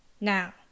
now